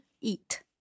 eat